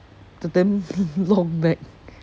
the damn long back